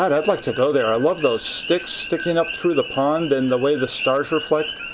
i'd i'd like to go there. i love those sticks sticking up through the pond and the way the stars reflect,